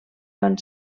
van